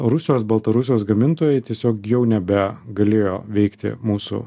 rusijos baltarusijos gamintojai tiesiog jau nebegalėjo veikti mūsų